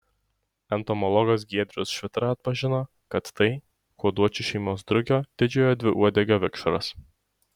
entomologas giedrius švitra atpažino kad tai kuoduočių šeimos drugio didžiojo dviuodegio vikšras